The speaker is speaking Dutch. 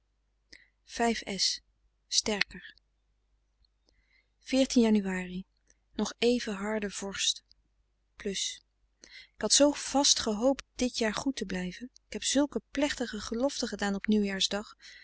jan nog even harde vorst ik had zoo vast gehoopt dit jaar goed te blijven ik heb zulke plechtige geloften gedaan op nieuwjaarsdag